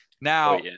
Now